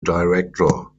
director